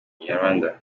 kinyarwanda